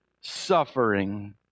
suffering